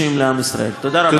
תודה רבה.